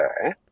Okay